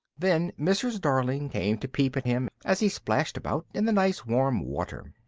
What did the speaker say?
then mrs. darling came to peep at him as he splashed about in the nice warm water.